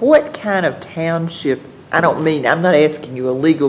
what kind of township i don't mean i'm not asking you a legal